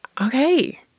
okay